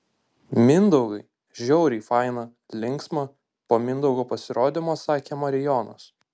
mindaugai žiauriai faina linksma po mindaugo pasirodymo sakė marijonas